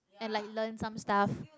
and like learn some stuff